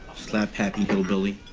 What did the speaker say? slap-happy hillbilly.